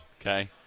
Okay